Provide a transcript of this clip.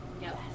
Yes